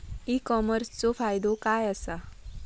E कॉमर्सचो फायदो काय असा?